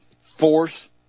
force